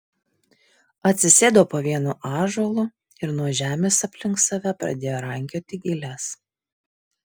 atsisėdo po vienu ąžuolu ir nuo žemės aplink save pradėjo rankioti giles